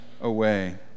away